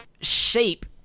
shape